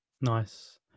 Nice